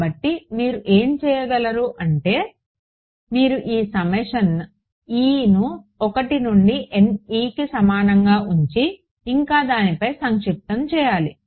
కాబట్టి మీరు ఏమి చేయగలరు అంటే మీరు ఈ సమ్మేషన్ e ను 1 నుండి Neకి సమానంగా ఉంచి ఇంకా దేనిపై సంక్షిప్తం చేయాలి